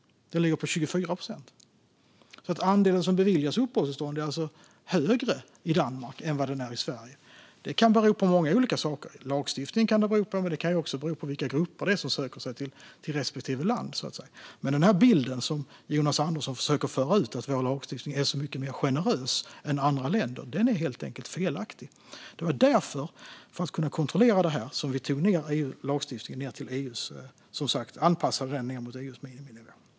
Den ligger på 24 procent. Andelen som beviljas uppehållstillstånd är alltså högre i Danmark än vad den är i Sverige. Det kan bero på många olika saker. Det kan bero på lagstiftning, men det kan också bero på vilka grupper som söker sig till respektive land. Men den bild som Jonas Andersson försöker föra ut av att vår lagstiftning är mycket mer generös än andra länders är helt enkelt felaktig. Det var därför, för att kunna kontrollera detta, som vi anpassade vår lagstiftning ned mot EU:s miniminivå.